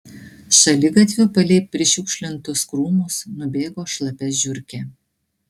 šaligatviu palei prišiukšlintus krūmus nubėgo šlapia žiurkė